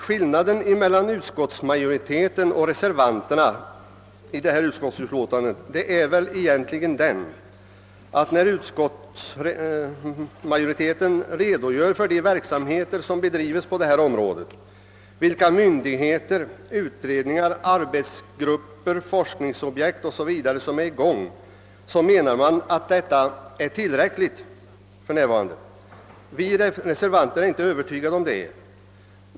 Skillnaden mellan utskottsmajoritetens uppfattning och reservanternas är egentligen den, att utskottsmajoriteten menar att den verksamhet som bedrives på detta område är tillräcklig för närvarande. Man redogör för vilka myndigheter, utredningar, arbetsgrupper, forskningsobjekt o. s. v. som är i gång och anser det vara till fyllest. Vi reservanter är inte övertygade härom.